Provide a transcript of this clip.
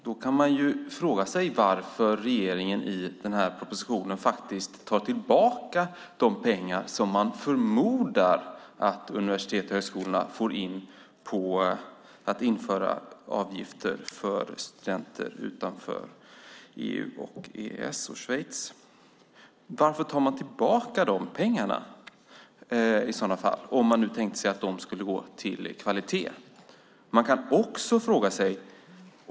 Då kan man fråga sig varför regeringen i propositionen tar tillbaka de pengar som man förmodar att universitet och högskolor får in på att införa avgifter för studenter från länder utanför EU och EES. Varför tar man tillbaka pengarna om man tänkt sig att de ska gå till att höja kvaliteten?